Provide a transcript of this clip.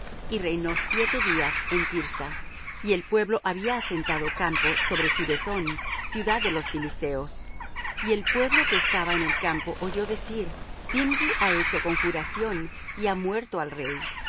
y reinó siete días en thirsa y el pueblo había asentado campo sobre gibbethón ciudad de los filisteos y el pueblo que estaba en el campo oyó decir zimri ha hecho conjuración y ha muerto al rey